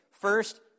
First